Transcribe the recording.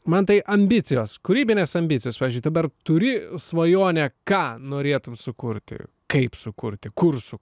man tai ambicijos kūrybinės ambicijos pavyzdžiui dabar turi svajonę ką norėtum sukurti kaip sukurti kursų